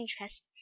interest